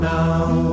now